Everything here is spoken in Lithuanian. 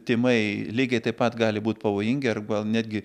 tymai lygiai taip pat gali būt pavojingi arba netgi